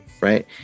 right